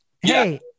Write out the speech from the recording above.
Hey